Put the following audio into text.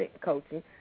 coaching